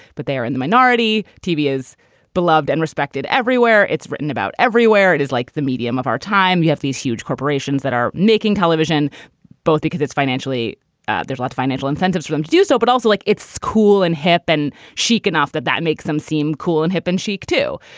but they are in the minority. tv is beloved and respected everywhere. it's written about everywhere. it is like the medium of our time. you have these huge corporations that are making television both because it's financially there's lot financial incentives for them to do so, but also like it's cool and hip and chic enough that that makes them seem cool and hip and chic, too.